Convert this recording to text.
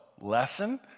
lesson